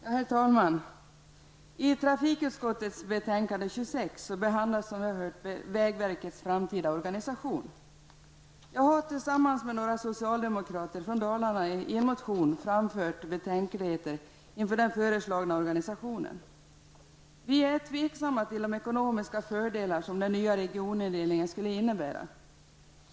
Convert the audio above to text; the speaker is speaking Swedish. Herr talman! I trafikutskottets betänkande 26 behandlas vägverkets framtida organisation. Jag har tillsammans med några partikamrater i en motion framfört betänkligheter inför den föreslagna organisationen. Vi är tveksamma till de ekonomiska fördelarna den nya regionindelningen skulle innebära.